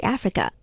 Africa